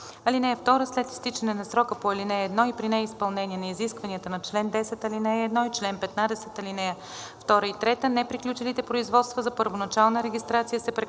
чл. 18. (2) След изтичане на срока по ал. 1 и при неизпълнение на изискванията на чл. 10, ал. 1 и чл. 15, ал. 2 и 3 неприключилите производства за първоначална регистрация се прекратяват.